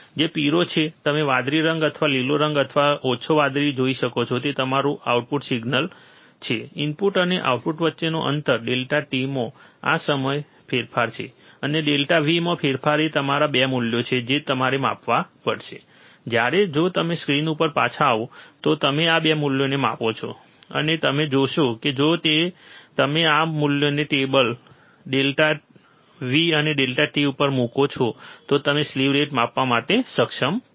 જે પીળો છે તમે વાદળી રંગ અથવા લીલો રંગ અથવા આછો વાદળી જોઈ શકો છો જે તમારું આઉટપુટ સિગ્નલ છે ઇનપુટ અને આઉટપુટ વચ્ચેનો અંતર ડેલ્ટા t માં આ ફેરફાર અને ડેલ્ટા V માં ફેરફાર એ તમારા 2 મૂલ્યો છે જે તમારે માપવા પડશે જ્યારે જો તમે સ્ક્રીન ઉપર પાછા આવો તો તમે આ 2 મૂલ્યોને માપો છો અને તમે જોશો કે જો તમે આ મૂલ્યને ટેબલ ડેલ્ટા V અને ડેલ્ટા t ઉપર મૂકો છો તો તમે સ્લીવ રેટ માપવા માટે સક્ષમ છો